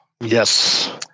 Yes